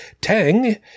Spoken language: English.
tang